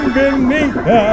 beneath